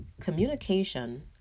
communication